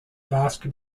basque